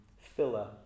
filler